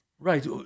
Right